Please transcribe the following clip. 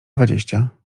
dwadzieścia